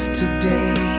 today